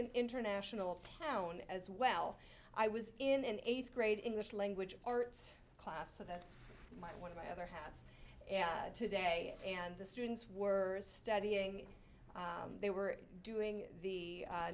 an international town as well i was in eighth grade english language arts class so that's one of my other hats today and the students were studying they were doing the